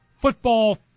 football